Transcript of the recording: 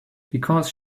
because